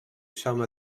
some